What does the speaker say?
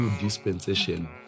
dispensation